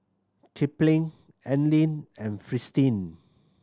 Kipling Anlene and Fristine